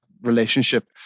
relationship